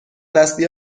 دستی